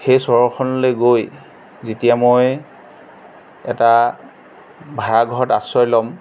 সেই চহৰখনলৈ গৈ যেতিয়া মই এটা ভাড়াঘৰত আশ্ৰয় ল'ম